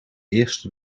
eerste